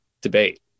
debate